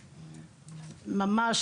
ממש,